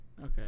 Okay